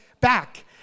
back